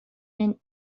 mint